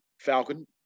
falcon